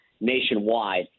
nationwide